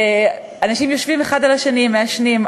אנשים יושבים אחד על השני, מעשנים.